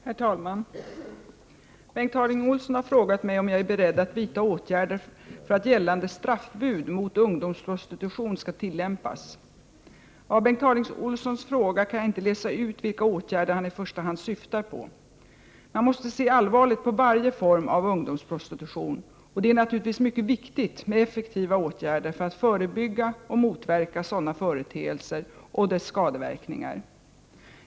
Herr talman! Bengt Harding Olson har frågat mig om jag är beredd att vidta åtgärder för att gällande straffbud mot ungdomsprostitution skall tillämpas. Av Bengt Harding Olsons fråga kan jag inte läsa ut vilka åtgärder han i första hand syftar på. Man måste se allvarligt på varje form av ungdomsprostitution, och det är naturligvis mycket viktigt med effektiva åtgärder för att förebygga och motverka sådana företeelser och deras skadeverkningar.